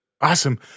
awesome